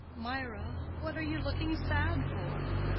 mirah, what are you looking sad for?